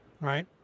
right